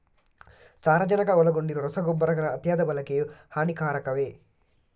ಸಾರಜನಕ ಒಳಗೊಂಡಿರುವ ರಸಗೊಬ್ಬರಗಳ ಅತಿಯಾದ ಬಳಕೆಯು ಹಾನಿಕಾರಕವೇ?